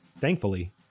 Thankfully